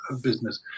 business